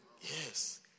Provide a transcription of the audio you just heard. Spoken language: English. yes